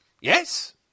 Yes